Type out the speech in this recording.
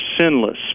sinless